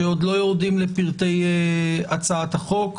שעוד לא יורדים לפרטי הצעת החוק.